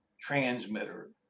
transmitter